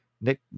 Nick